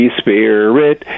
spirit